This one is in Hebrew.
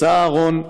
יצא אהרן,